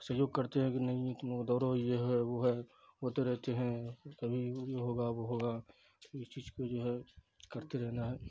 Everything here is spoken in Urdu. سہیوگ کرتے ہیں کہ نہیں تم لوگ دوڑو یہ ہے وہ ہے ہوتے رہتے ہیں کبھی یہ ہوگا وہ ہوگا اس چیز کو جو ہے کرتے رہنا ہے